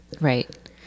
Right